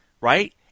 right